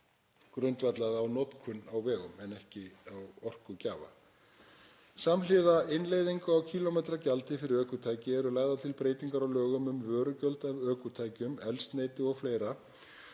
grundvallað á notkun á vegum en ekki á orkugjafa. Samhliða innleiðingu á kílómetragjaldi fyrir ökutæki eru lagðar til breytingar á lögum um vörugjald af ökutækjum, eldsneyti o.fl.